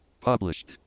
Published